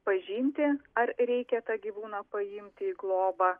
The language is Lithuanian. pažinti ar reikia tą gyvūną paimti į globą